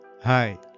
Hi